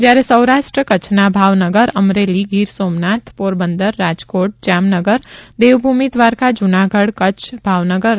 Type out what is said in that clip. જ્યારે સૌરાષ્ટ્ર કચ્છના ભાવનગર અમરેલી ગીર સોમનાથ પોરબંદર રાજકોટ જામનગર દેવભૂમિ દ્વારકા જૂનાગઢ કચ્છ ભાવનગર પ્રાદેશિક સમાચાર તા